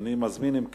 אני מזמין, אם כך,